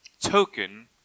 token